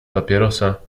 papierosa